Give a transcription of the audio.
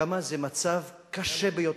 כמה זה מצב קשה ביותר.